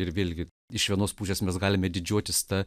ir vėlgi iš vienos pusės mes galime didžiuotis ta